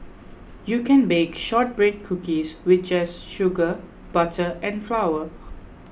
you can bake Shortbread Cookies just with sugar butter and flour